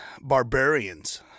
barbarians